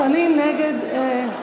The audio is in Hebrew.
נגד.